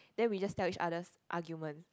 then we just tell each others argument